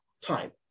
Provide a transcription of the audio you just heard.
time